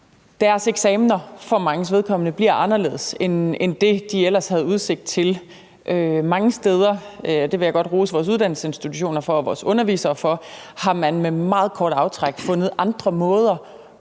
Deres eksamener, for manges vedkommende, bliver anderledes end det, de ellers havde udsigt til. Mange steder har man med meget kort aftræk – det vil jeg godt rose vores uddannelsesinstitutioner og vores undervisere for – fundet andre måder,